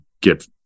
get